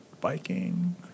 biking